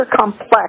complex